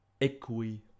equi-